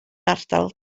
ardal